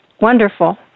wonderful